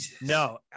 No